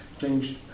changed